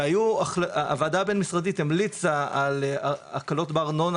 הוועדה הבין-משרדית המליצה על הקלות בארנונה